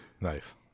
Nice